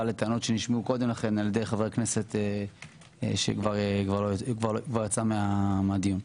לטענות שהועלו על-ידי חבר כנסת שכבר יצא מהדיון.